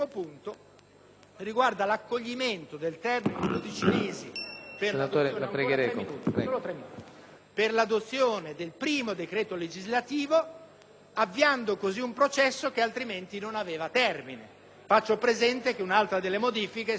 riguarda l'accoglimento del termine di 12 mesi per l'adozione del primo decreto legislativo, avviando così un processo che altrimenti non aveva termine. Faccio presente che un'altra delle modifiche è stata l'avere